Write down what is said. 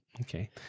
Okay